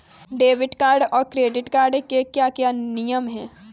Debit card और credit card के क्या क्या नियम हैं?